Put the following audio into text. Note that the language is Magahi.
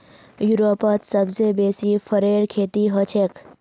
यूरोपत सबसे बेसी फरेर खेती हछेक